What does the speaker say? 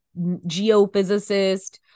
geophysicist